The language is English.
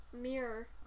Mirror